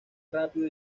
rápido